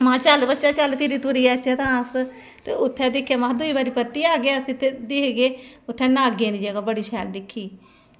ते महां चल बच्चा चल टूरी औचे फिरी अस ते उत्थें दिक्खेआ महां परतियै आये अस दिक्खगे उत्थें नागें दी जगह बड़ी शैल दिक्खी